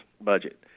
budget